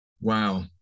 wow